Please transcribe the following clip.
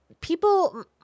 people